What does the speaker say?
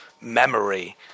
memory